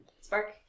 Spark